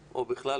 או בכלל,